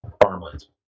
farmlands